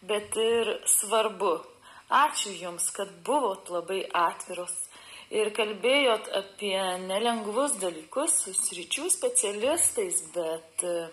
bet ir svarbu ačiū jums kad buvot labai atviros ir kalbėjot apie nelengvus dalykus su sričių specialistais bet